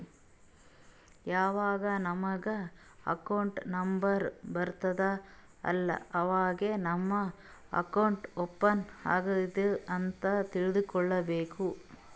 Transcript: ಯಾವಾಗ್ ನಮುಗ್ account number ಬರ್ತುದ್ ಅಲ್ಲಾ ಅವಾಗೇ ನಮ್ದು ಅಕೌಂಟ್ ಓಪನ್ ಆಗ್ಯಾದ್ ಅಂತ್ ತಿಳ್ಕೋಬೇಕು